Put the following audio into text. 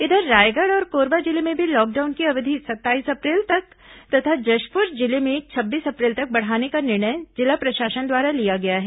इधर रायगढ़ और कोरबा जिले में भी लॉकडाउन की अवधि सत्ताईस अप्रैल तक तथा जशुपर जिले में छब्बीस अप्रैल तक बढ़ाने का निर्णय जिला प्रशासन द्वारा लिया गया है